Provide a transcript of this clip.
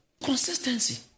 Consistency